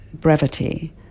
brevity